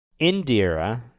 Indira